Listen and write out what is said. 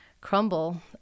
crumble